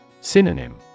Synonym